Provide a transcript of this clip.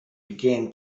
began